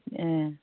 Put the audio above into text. ए